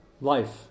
life